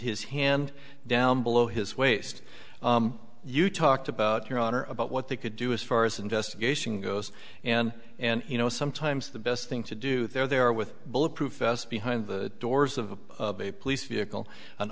his hand down below his waist you talked about your honor about what they could do as far as the investigation goes and and you know sometimes the best thing to do there with bullet proof vest behind the doors of a police vehicle an